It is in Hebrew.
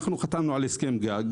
אנחנו חתמנו על הסכם גג,